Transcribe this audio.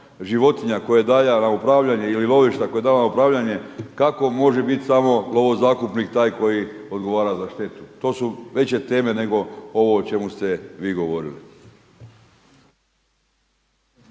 životinja koje daje na upravljanje ili lovišta koje daje na upravljanje kako može biti samo lovozakupnik taj koji odgovara za štetu. To su veće teme nego ovo o čemu ste vi govorili.